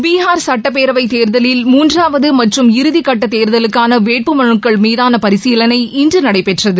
பீனா் சட்டப்பேரவைத் தேர்தலில் மூன்றாவது மற்றும் இறதிக் கட்ட தேர்தலுக்கான வேட்புமலுக்கள் மீதான பரிசீலனை இன்று நடைபெற்றது